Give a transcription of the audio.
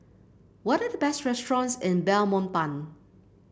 what are the best restaurants in Belmopan